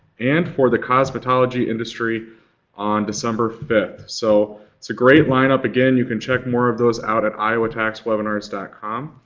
and for the cosmetology industry on december fifth. so it's a great lineup. again, you can check more of those out at iowataxwebinars com.